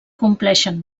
compleixen